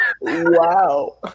Wow